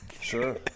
Sure